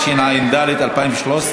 התשע"ד 2013,